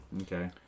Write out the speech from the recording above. Okay